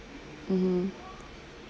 mmhmm